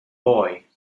boy